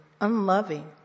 unloving